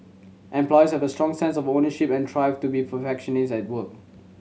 employees have a strong sense of ownership and strive to be perfectionist at work